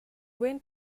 wind